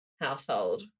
household